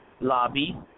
Lobby